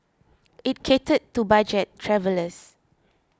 it catered to budget travellers